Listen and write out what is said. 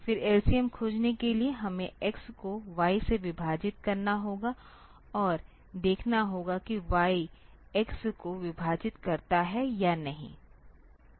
फिर LCM खोजने के लिए हमें x को y से विभाजित करना होगा और देखना होगा कि y x को विभाजित करता है या नहीं